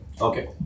Okay